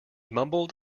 mumbled